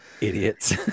Idiots